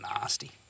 nasty